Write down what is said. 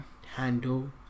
handle